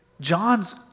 John's